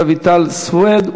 תעלה חברת הכנסת רויטל סויד,